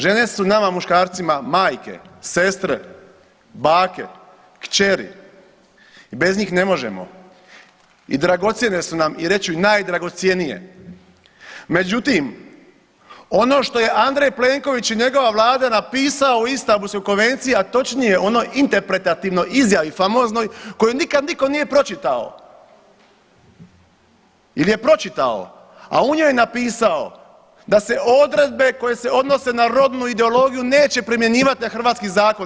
Žene su nama muškarcima majke, sestre, bake, kćeri i bez njih ne možemo i dragocjene su nam i reći ću najdragocjenije, međutim ono što je Andrej Plenković i njegova Vlada napisao o Istambulskoj konvenciji, a točnije onoj interpretativnoj izjavi famoznoj koju nikad nitko nije počitao ili je pročitao, a u njoj napisao da se odredbe koje se odnose na rodnu ideologiju neće primjenjivati na hrvatski zakon.